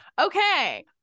Okay